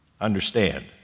understand